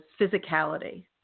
physicality